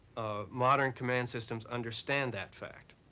modern command systems understand that fact.